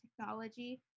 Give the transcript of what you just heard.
technology